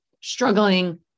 struggling